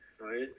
right